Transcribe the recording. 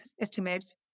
estimates